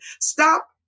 Stop